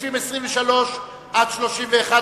סעיפים 23 31, כהצעת הוועדה, נתקבלו.